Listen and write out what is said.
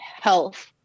health